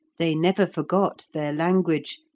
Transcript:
they never forgot their language,